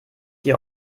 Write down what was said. dir